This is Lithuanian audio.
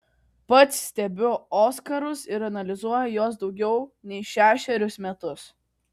pats stebiu oskarus ir analizuoju juos daugiau nei šešerius metus